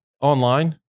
Online